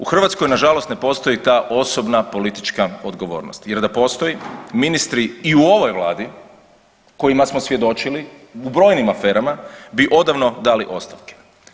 U Hrvatskoj nažalost ne postoji ta osobna politička odgovornost jer da postoje ministri i u ovoj vladi kojima smo svjedočili u brojnim aferama bi odavno dali ostavke.